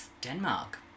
Denmark